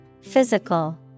Physical